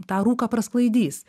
tą rūką prasklaidys